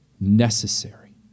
necessary